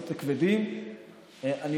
אדוני שר הבריאות,